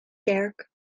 kerk